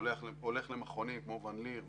הולך למכונים כמו ואן ליר וכולי,